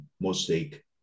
mosaic